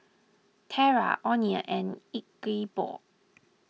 Terra oneal and Ingeborg